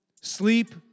Sleep